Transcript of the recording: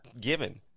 given